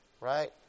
right